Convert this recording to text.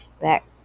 back